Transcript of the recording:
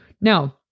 Now